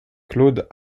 claude